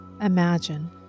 imagine